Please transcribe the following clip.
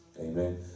Amen